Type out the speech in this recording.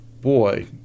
boy